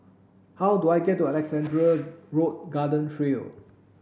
how do I get to Alexandra Road Garden Trail